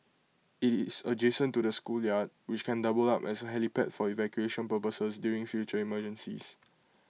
IT is adjacent to the schoolyard which can double up as A helipad for evacuation purposes during future emergencies